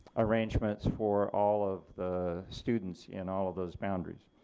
arrangements for all of the students in all of those boundaries.